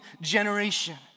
generation